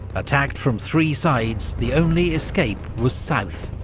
attacked from three sides, the only escape was south,